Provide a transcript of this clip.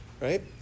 right